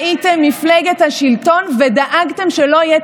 שהיינו שותפים שלכם ועשינו כל מאמץ להעביר את